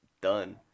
done